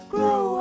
Grow